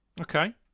Okay